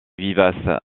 vivace